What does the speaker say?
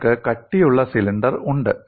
നിങ്ങൾക്ക് കട്ടിയുള്ള സിലിണ്ടർ ഉണ്ട്